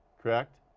correct?